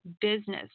business